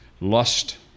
lost